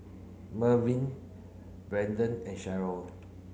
Merwin Brendan and Cheryll